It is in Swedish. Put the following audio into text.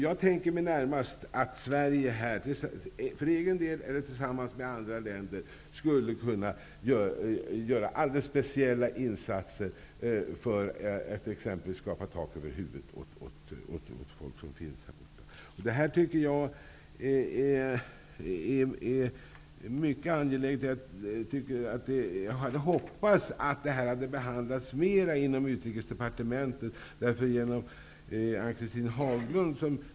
Jag tänker mig närmast att Sverige för egen del eller tillsammans med andra länder skulle kunna göra alldeles speciella insatser för att t.ex. skapa tak över huvudet åt människor. Jag tycker att det är mycket angeläget. Jag hade hoppats att detta behandlats mera inom utrikesdepartementet.